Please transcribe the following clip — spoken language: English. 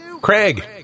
Craig